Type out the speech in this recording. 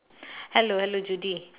hello hello judy